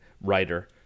writer